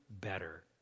better